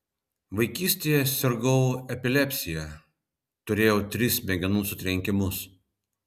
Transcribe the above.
vaikystėje sirgau epilepsija turėjau tris smegenų sutrenkimus